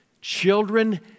Children